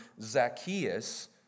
Zacchaeus